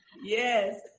Yes